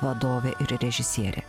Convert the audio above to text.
vadovė ir režisierė